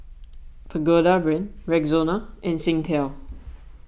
Pagoda Brand Rexona and Singtel